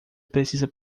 precisa